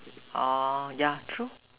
oh yeah true